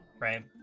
Right